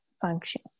function